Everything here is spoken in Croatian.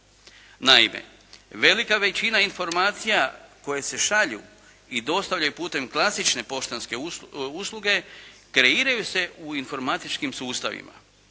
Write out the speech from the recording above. Naime, velika većina informacija koje se šalju i dostavljaju putem klasične poštanske usluge kreiraju se u informatičkim sustavima.